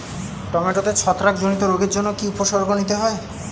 টমেটোতে ছত্রাক জনিত রোগের জন্য কি উপসর্গ নিতে হয়?